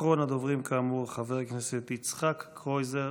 אחרון הדוברים, כאמור, חבר הכנסת יצחק קרויזר.